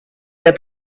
der